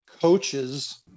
coaches